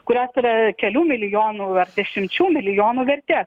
kurios yra kelių milijonų dešimčių milijonų vertės